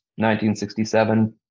1967